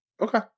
Okay